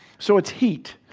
so, it's heat.